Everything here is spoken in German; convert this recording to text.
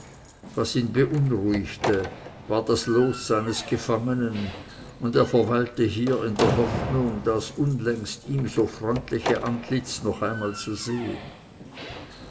was ihn beunruhigte war das los seines gefangenen und er verweilte hier in der hoffnung das unlängst ihm so freundliche antlitz noch einmal zu sehen